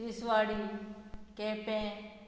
Tiswadi Quepem